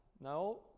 No